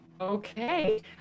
Okay